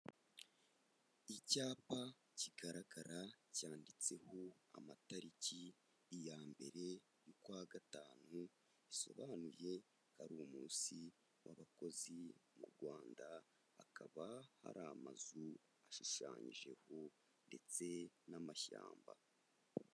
Icyapa kigaragara cyanditseho amatariki ya mbere y'ukwa gatanu, isobanuye ko ari umunsi w'abakozi mu Rwanda, hakaba hari amazu ashushanyijeho ndetse n'amashyamba.